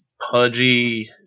pudgy